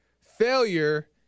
failure